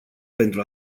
pentru